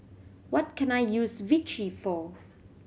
what can I use Vichy for